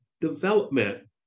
development